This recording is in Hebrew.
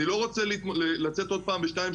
אני לא רוצה לצאת עוד פעם בשתיים,